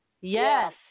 yes